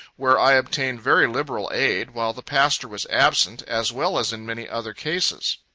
where i obtained very liberal aid, while the pastor was absent, as well as in many other cases.